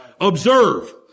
Observe